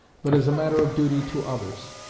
but as a matter of duty to others,